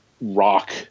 rock